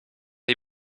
die